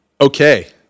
Okay